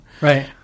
right